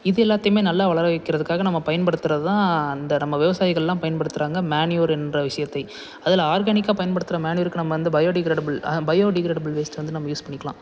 இது எல்லாத்தையும் நல்லா வளர வைக்கிறத்துக்காக நம்ம பயன்படுத்துகிறது தான் அந்த நம்ம விவசாயிகள்லாம் பயன்படுத்துகிறாங்க மேன்யூர் என்ற விஷயத்தை அதில் ஆர்கனிக்கா பயன்படுத்துகிற மேன்யூருக்கு நம்ம வந்து பயோடிக்ரேடபுள் பயோடிக்ரேடபுள் வேஸ்ட்டு வந்து நம்ம யூஸ் பண்ணிக்கலாம்